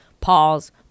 pause